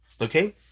Okay